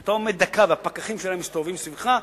ואתה עומד דקה והפקחים מסתובבים סביבך,